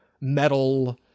metal